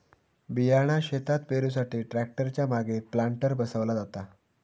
बियाणा शेतात पेरुसाठी ट्रॅक्टर च्या मागे प्लांटर बसवला जाता